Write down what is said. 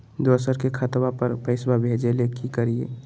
दोसर के खतवा पर पैसवा भेजे ले कि करिए?